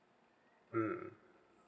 mm